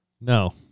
No